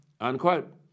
unquote